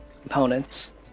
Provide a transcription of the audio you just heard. components